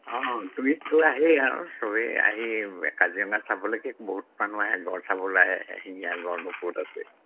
অঁ টুৰিষ্টটো আহিয়েই আৰু সবেই আহি কাজিৰঙা চাবলৈকে বহুত মানুহ আহে গড় চাবলৈ আহে এশিঙীয়া গঁড়নো ক'ত আছে